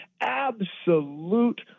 absolute